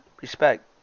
Respect